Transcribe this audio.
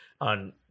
On